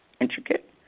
intricate